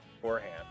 beforehand